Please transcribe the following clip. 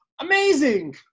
Amazing